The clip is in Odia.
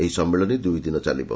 ଏହି ସମ୍ମିଳନୀ ଦୁଇ ଦିନ ଚାଲିବ